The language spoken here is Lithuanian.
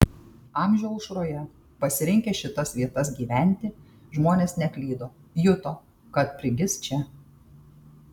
amžių aušroje pasirinkę šitas vietas gyventi žmonės neklydo juto kad prigis čia